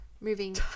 moving